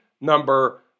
number